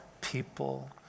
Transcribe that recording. people